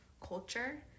culture